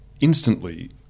instantly